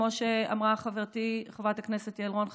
כמו שאמרה חברתי חברת הכנסת יעל רון,